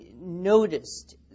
noticed